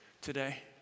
today